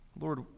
Lord